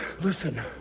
Listen